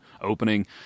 opening